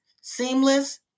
seamless